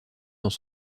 dans